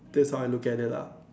that's how I look at it lah